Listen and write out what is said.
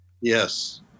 Yes